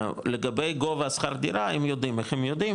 לגבי גובה שכר דירה הם יודעים, איך הם יודעים?